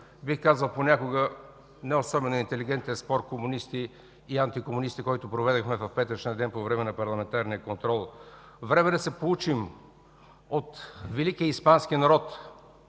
бих казал, понякога неособено интелигентен спор комунисти и антикомунисти, който проведохме в петъчния ден по време на парламентарния контрол! Време е да се поучим от великия испански народ,